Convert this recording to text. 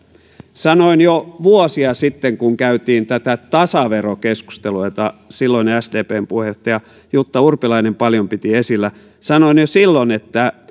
jo vuosia sitten käytiin tätä tasaverokeskustelua jota silloinen sdpn puheenjohtaja jutta urpilainen paljon piti esillä ja sanoin jo silloin että